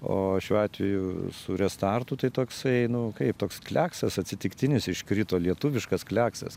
o šiuo atveju su restartu tai toksai nu kaip toks kliaksas atsitiktinis iškrito lietuviškas kliaksas